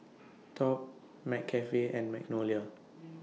Top MC Cafe and Magnolia